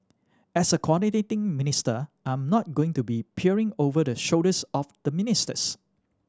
as a coordinating minister I'm not going to be peering over the shoulders of the ministers